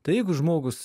tai jeigu žmogus